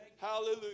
hallelujah